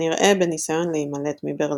כנראה בניסיון להימלט מברלין.